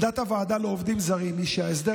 עמדת הוועדה לעובדים זרים היא שההסדר